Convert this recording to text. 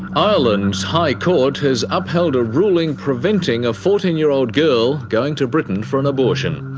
ireland's high court has upheld a ruling preventing a fourteen year old girl going to britain for an abortion.